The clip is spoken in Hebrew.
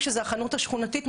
כשזה החנות השכונתית,